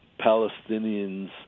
Palestinians